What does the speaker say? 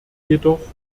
jedoch